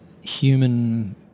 human